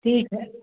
ठीक है